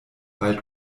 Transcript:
bald